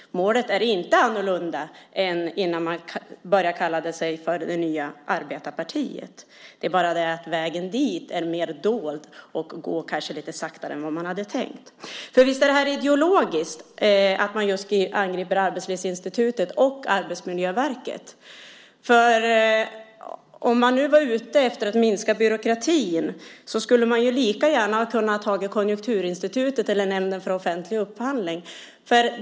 Målet är inte annorlunda än innan man började kalla sig för det nya arbetarpartiet. Det är bara det att vägen dit är mer dold och att det kanske går lite saktare än man hade tänkt. Visst är det ideologiskt att just Arbetslivsinstitutet och Arbetsmiljöverket angrips. Om man var ute efter att minska byråkratin skulle man lika gärna ha kunnat ta Konjunkturinstitutet eller Nämnden för offentlig upphandling.